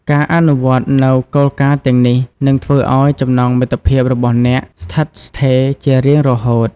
ការអនុវត្តន៍នូវគោលការណ៍ទាំងនេះ នឹងធ្វើឱ្យចំណងមិត្តភាពរបស់អ្នកស្ថិតស្ថេរជារៀងរហូត។